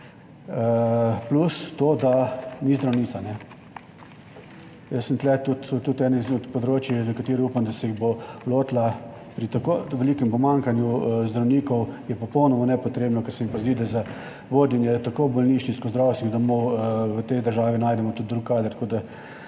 plus to, da ni zdravnica. Jaz sem tu tudi eno izmed področij, za katere upam, da se jih bo lotila pri tako velikem pomanjkanju zdravnikov je popolnoma nepotrebno, ker se mi pa zdi, da za vodenje tako bolnišnic kot zdravstvenih domov v tej državi najdemo tudi drug kader,